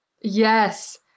Yes